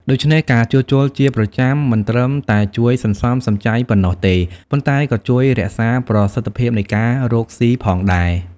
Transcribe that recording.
ដូច្នេះ ការជួសជុលជាប្រចាំមិនត្រឹមតែជួយសន្សំសំចៃប៉ុណ្ណោះទេ ប៉ុន្តែក៏ជួយរក្សាប្រសិទ្ធភាពនៃការរកស៊ីផងដែរ។